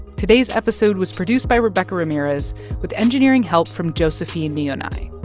today's episode was produced by rebecca ramirez with engineering help from josephine nyounai.